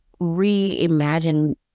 reimagine